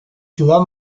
ciudad